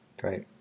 Great